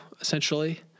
essentially